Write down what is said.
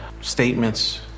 statements